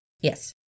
Yes